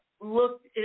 looked